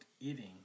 eating